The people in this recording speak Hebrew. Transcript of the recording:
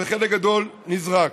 וחלק גדול נזרק.